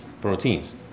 proteins